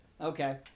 Okay